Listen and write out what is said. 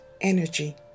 energy